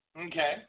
okay